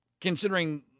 considering